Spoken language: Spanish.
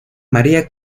maría